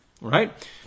Right